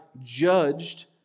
judged